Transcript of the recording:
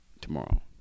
tomorrow